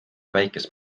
väikest